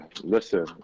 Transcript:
Listen